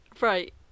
right